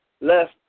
left